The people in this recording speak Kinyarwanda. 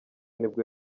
nibwo